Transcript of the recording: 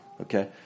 Okay